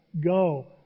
go